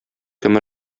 кем